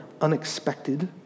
unexpected